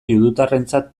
judutarrentzat